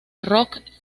rock